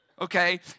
Okay